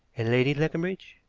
and lady leconbridge?